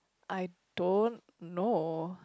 I don't know